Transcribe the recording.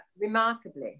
remarkably